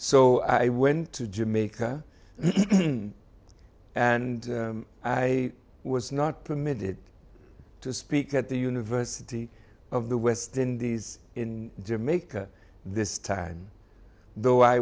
so i went to jamaica and i was not permitted to speak at the university of the west indies in jamaica this time though i